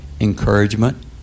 encouragement